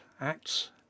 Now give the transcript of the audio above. acts